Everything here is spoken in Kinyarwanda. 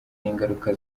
n’ingaruka